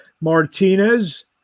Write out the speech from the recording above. Martinez